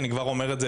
אני לא אוותר.